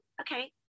Okay